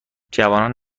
جوانان